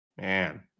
Man